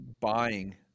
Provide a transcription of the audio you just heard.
buying